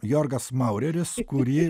jorgas maureris kurį